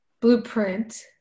blueprint